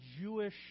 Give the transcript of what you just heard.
Jewish